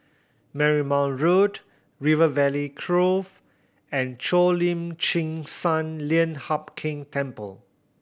Marymount Road River Valley Grove and Cheo Lim Chin Sun Lian Hup Keng Temple